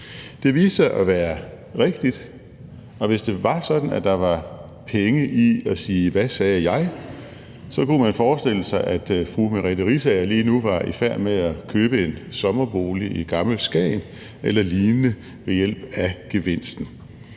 Det viste sig at være rigtigt, og hvis det var sådan, at der var penge i at sige »hvad sagde jeg?«, så kunne man forestille sig, at fru Merete Riisager lige nu var i færd med at købe en sommerbolig i Gammel Skagen eller lignende ved hjælp af gevinsten.